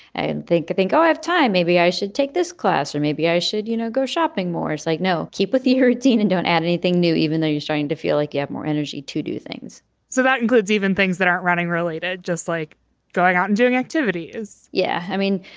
i and think i think i have time. maybe i should take this class or maybe i should, you know, go shopping more like, no, keep with the dean and don't add anything new, even though you're starting to feel like you have more energy to do things so that includes even things that aren't running related. just like going out and doing activities yeah. i mean,